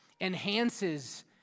enhances